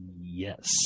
Yes